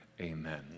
amen